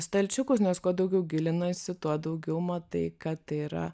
stalčiukus nes kuo daugiau gilinasi tuo daugiau matai kad yra